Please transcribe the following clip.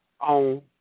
on